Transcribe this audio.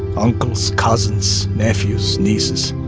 uncles, cousins, nephews, nieces,